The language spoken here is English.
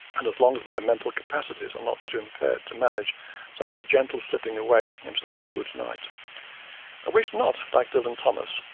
and as long as my mental capacities are not too impaired to manage such a gentle slipping away into that good night i wish not, like dylan thomas,